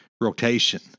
rotation